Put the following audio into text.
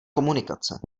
komunikace